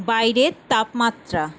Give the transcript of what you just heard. বাইরের তাপমাত্রা